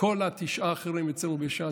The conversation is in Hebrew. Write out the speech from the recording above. כל התשעה האחרים אצלנו בש"ס,